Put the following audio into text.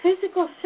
physical